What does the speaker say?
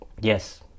yes